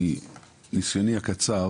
מניסיוני הקצר,